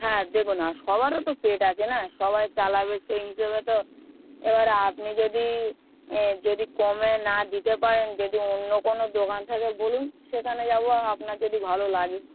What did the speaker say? হ্যাঁ দেবে না সবারও তো পেট আছে না সবাই চালাবে সেই হিসেবে তো এবারে আপনি যদি যদি কমে না দিতে পারেন যদি অন্য কোনো দোকান থাকে বলুন সেখানে যাবো আপনার যদি ভালো লাগে